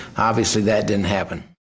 obviously, that didn't happen.